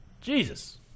Jesus